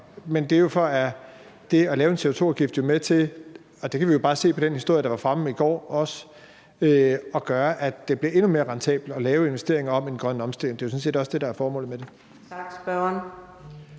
Men det at lave en CO2-afgift er jo med til – det kan vi jo bare se på den historie, der var fremme i går – at gøre, at det bliver endnu mere rentabelt at lave investeringer i den grønne omstilling. Det er jo sådan set også det, der er formålet med det. Kl.